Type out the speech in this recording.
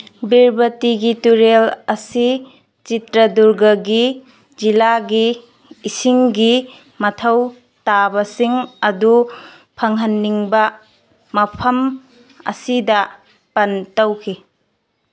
ꯚꯦꯔꯕꯇꯤꯒꯤ ꯇꯨꯔꯦꯜ ꯑꯁꯤ ꯆꯤꯇ꯭ꯔꯗꯨꯔꯒꯒꯤ ꯖꯤꯂꯥꯒꯤ ꯏꯁꯤꯡꯒꯤ ꯃꯊꯧ ꯇꯥꯕꯁꯤꯡ ꯑꯗꯨ ꯐꯪꯍꯟꯅꯤꯡꯕ ꯃꯐꯝ ꯑꯁꯤꯗ ꯄꯟ ꯇꯧꯈꯤ